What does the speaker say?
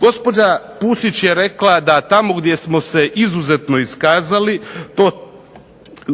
Gospođa Pusić je rekla da tamo gdje smo se izuzetno iskazali